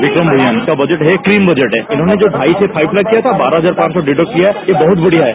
विक्रम उनका जो बजट है क्लीन बजट है इन्होंने जो ढाई से फाइव लाख किया था बारह हजार पांच सौ डिडक्ट किया है ये बहुत बढिया है